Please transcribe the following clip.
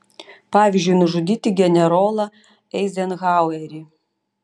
pavyzdžiui nužudyti generolą eizenhauerį